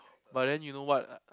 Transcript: but then you know what